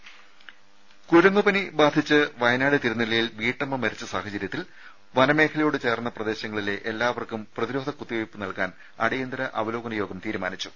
രംഭട്ട്ട്ട്ട്ട്ട്ട്ട്ട കുരങ്ങുപനി ബാധിച്ച് വയനാട് തിരുനെല്ലിയിൽ വീട്ടമ്മ മരിച്ച സാഹച രൃത്തിൽ വനംമേഖലയോട് ചേർന്ന പ്രദേശങ്ങളിലെ എല്ലാവർക്കും പ്രതി രോധ കുത്തിവെപ്പ് നൽകാൻ അടിയന്തിര അവലോകന യോഗം തീരുമാ നിച്ചു